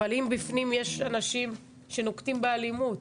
אבל אם בפנים יש אנשים שנוקטים באלימות,